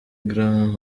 grand